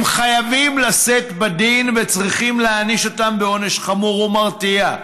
הם חייבים לשאת בדין וצריכים להעניש אותם בעונש חמור ומרתיע,